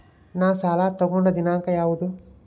ನಾ ಸಾಲ ತಗೊಂಡು ದಿನಾಂಕ ಯಾವುದು?